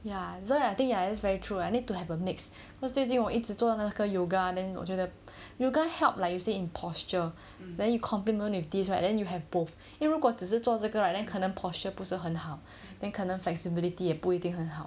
so I think that's very true I need to have a mix 因为最近我一直做那个 yoga then 我觉得 yoga help like you say in posture then you compliment with this right then you have both 因为如果只是做这个 right then 可能 posture 不是很好 then 可能 flexibility 也不一定很好